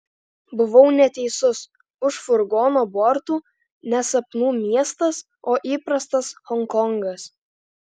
buvau neteisus už furgono bortų ne sapnų miestas o įprastas honkongas